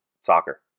soccer